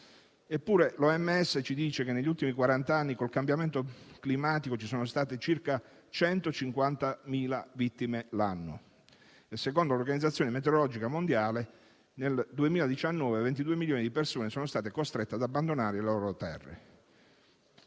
sanità (OMS) ci dice che, negli ultimi quaranta anni, con il cambiamento climatico ci sono state circa 150.000 vittime l'anno. Secondo l'Organizzazione meteorologica mondiale (OMM), 22 milioni di persone sono state costrette ad abbandonare le loro terre